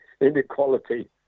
inequality